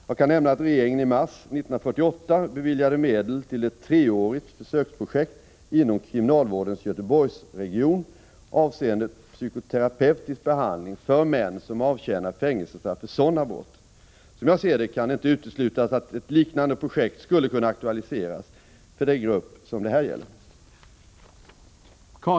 Jag kan nämna att regeringen i mars 1984 beviljade medel till ett treårigt försöksprojekt inom kriminalvårdens Göteborgsregion avseende psykoterapeutisk behandling för män som avtjänar fängelsestraff för sådana brott. Som jag ser det kan det inte uteslutas att ett liknande projekt skulle kunna aktualiseras för den grupp som det här gäller.